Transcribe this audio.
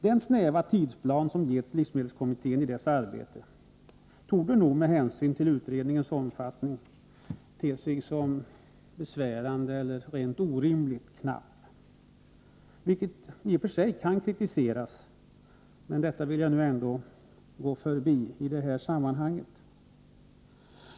Den snäva tidsplan som getts livsmedelskommittén i dess arbete torde med hänsyn till utredningsarbetets omfattning te sig som besvärande eller orimligt knapp, vilket i och för sig kan kritiseras, men det är ändå något som jag vill gå förbi i detta sammanhang.